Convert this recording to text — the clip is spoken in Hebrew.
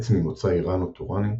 עץ ממוצא אירנו-טורני,